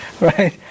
Right